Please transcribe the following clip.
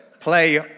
play